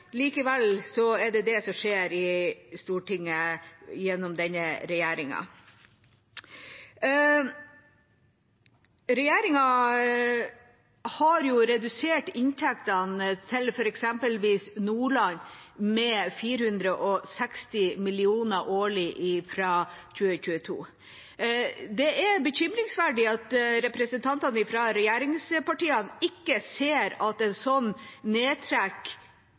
Likevel er det det som skjer i Stortinget gjennom denne regjeringa. Regjeringa har redusert inntektene til f.eks. Nordland med 460 mill. kr årlig fra 2022. Det er bekymringsverdig at representantene fra regjeringspartiene ikke ser at et sånt nedtrekk